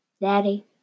daddy